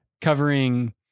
covering